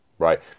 Right